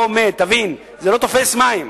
תבין, זה לא תופס מים.